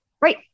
right